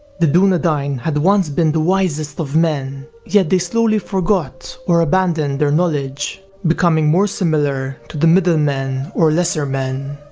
the dunedain had once been the wisest of men, yet they slowly forgot or abandoned their knowledge becoming more similar to the middle men or lesser men.